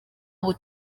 ubu